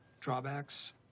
Drawbacks